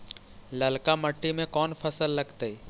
ललका मट्टी में कोन फ़सल लगतै?